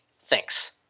Thanks